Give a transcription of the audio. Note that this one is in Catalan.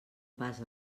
pas